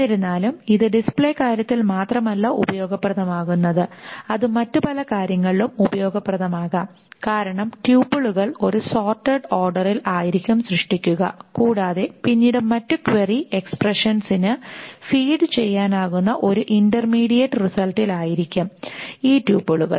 എന്നിരുന്നാലും ഇത് display Display കാര്യത്തിൽ മാത്രമല്ല ഉപയോഗപ്രദമാകുന്നത് അത് മറ്റു കാര്യങ്ങളിലും ഉപയോഗപ്രദമാകാം കാരണം ട്യൂപ്പിളുകൾ ഒരു സോർട്ടഡ് ഓർഡറിൽ ആയിരിക്കും സൃഷ്ടിക്കുക കൂടാതെ പിന്നീട് മറ്റു ക്വയറി എക്സ്പ്രെഷൻസിനു ഫീഡ് ചെയ്യാനാകുന്ന ഒരു ഇന്റർമീഡിയറ്റ് റിസൽറ്റിലായിരിക്കും ഈ ട്യൂപ്പിളുകൾ